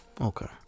Okay